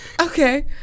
Okay